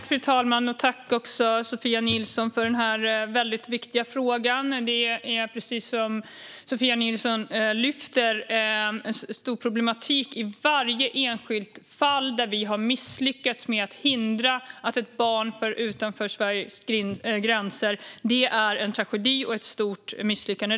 Fru talman! Tack för den här väldigt viktiga frågan, Sofia Nilsson! Precis som Sofia Nilsson lyfter är detta en stor problematik. Varje enskilt fall där vi har misslyckats med att hindra att ett barn förs utanför Sveriges gränser är en tragedi och ett stort misslyckande.